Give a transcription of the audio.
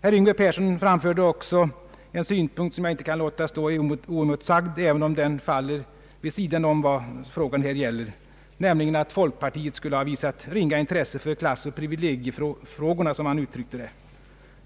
Herr Yngve Persson anförde också en annan synpunkt som jag inte kan låta stå oemotsagd, även om den faller vid sidan om vad saken här gäller. Han uttalade att folkpartiet skulle ha visat ringa intresse för klassoch privilegiefrågorna, som han uttryckte det.